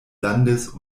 landes